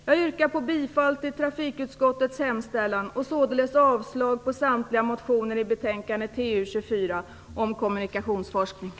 Jag yrkar bifall till trafikutskottets hemställan och således avslag på samtliga motioner i betänkande